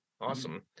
Awesome